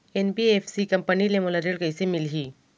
NBFC company ले मोला ऋण कइसे मिलही?